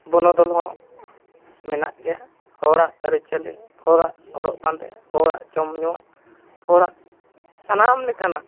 ᱵᱚᱱᱚᱫᱚᱞ ᱦᱚᱸ ᱢᱮᱱᱟᱜ ᱜᱮᱭᱟ ᱦᱚᱲᱟᱜ ᱟᱹᱨᱤᱪᱟᱹᱞᱤ ᱦᱚᱲᱟᱜ ᱦᱚᱨᱚᱜ ᱵᱟᱸᱫᱮ ᱦᱚᱲᱟᱜ ᱡᱚᱢᱼᱧᱩ ᱦᱚᱲᱟᱜ ᱥᱟᱱᱟᱢ ᱞᱮᱠᱟᱱᱟᱜ